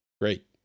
great